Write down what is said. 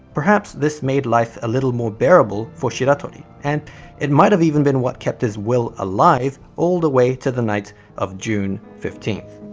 perhaps this made life a little more bearable for shiratori. and it might have even been what kept his will alive all the way to the night of june fifteenth.